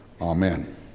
Amen